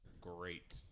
great